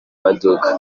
maduka